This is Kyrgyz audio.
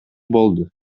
болду